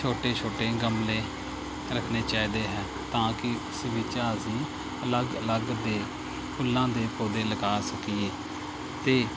ਛੋਟੇ ਛੋਟੇ ਗਮਲੇ ਰੱਖਣੇ ਚਾਹੀਦੇ ਹੈ ਤਾਂ ਕਿ ਉਸ ਵਿੱਚ ਅਸੀਂ ਅਲੱਗ ਅਲੱਗ ਦੇ ਫੁੱਲਾਂ ਦੇ ਪੌਦੇ ਲਗਾ ਸਕੀਏ ਅਤੇ